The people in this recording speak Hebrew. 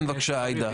כן, בבקשה, עאידה.